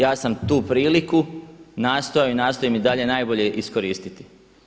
Ja sam tu priliku nastojao i nastojim i dalje najbolje iskoristiti.